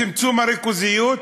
צמצום הריכוזיות.